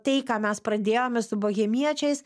tai ką mes pradėjome su bohemiečiais